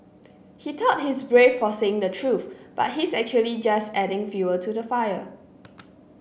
he thought his brave for saying the truth but his actually just adding fuel to the fire